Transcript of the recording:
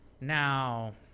Now